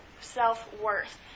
self-worth